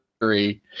three